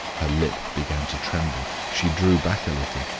her lip began to tremble, she drew back a little,